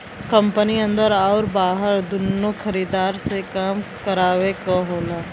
company अन्दर आउर बाहर दुन्नो खरीदार से काम करावे क होला